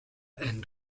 end